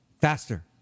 faster